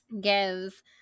gives